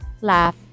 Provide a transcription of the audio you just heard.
laugh